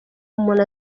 umuntu